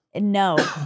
No